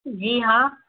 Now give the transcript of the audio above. جی ہاں